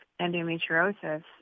endometriosis